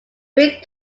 brick